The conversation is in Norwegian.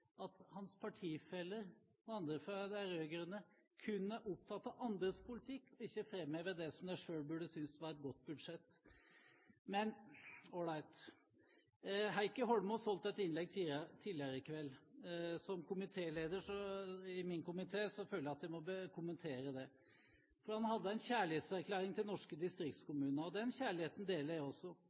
at hans partifeller og andre fra de rød-grønne kun er opptatt av andres politikk og ikke framhever det som de selv burde synes var et godt budsjett. Men, all right: Heikki Holmås holdt et innlegg tidligere i kveld. Siden han er leder i min komité, føler jeg at jeg må kommentere det. Han hadde en kjærlighetserklæring til norske distriktskommuner. Den kjærligheten deler jeg også.